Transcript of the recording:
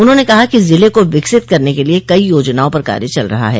उन्होंने कहा कि जिले को विकसित करने के लिए कइ योजनाओं पर कार्य चल रहा है